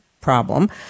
problem